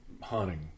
hunting